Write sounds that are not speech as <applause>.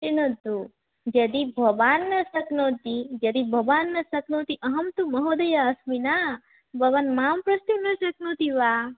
<unintelligible> न्तु यदि भवान् न शक्नोति यदि भवान् न शक्नोति अहन्तु महोदया अस्मि न भवान् मां प्रष्टुं न शक्नोति वा